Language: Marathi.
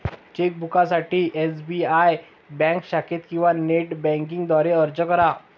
चेकबुकसाठी एस.बी.आय बँक शाखेत किंवा नेट बँकिंग द्वारे अर्ज करा